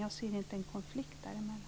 Jag ser inte en konflikt däremellan.